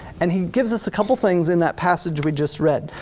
and he gives us a couple things in that passage we just read.